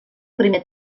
primer